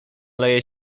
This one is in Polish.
leje